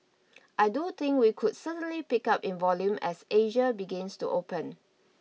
I do think we could certainly pick up in volume as Asia begins to open